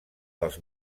dels